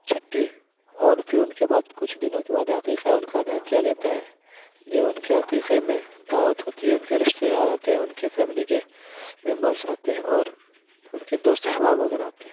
چھٹی اور پھر ان کے بعد کچھ دنوں کے بعد عقیقہ ان کا ادا کیا جاتا ہے جو ان کے عقیقے میں دعوت ہوتی ہے ان کے رشتے دار آتے ہیں ان کے فیملی کے ممبرس آتے ہیں اور ان کے دوست احباب وغیرہ آتے ہیں